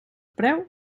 preu